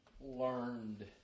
learned